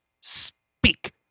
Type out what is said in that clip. Speak